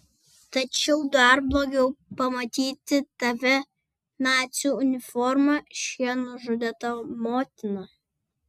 tačiau dar blogiau pamatyti tave nacių uniforma šie nužudė tavo motiną